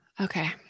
Okay